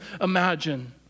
imagine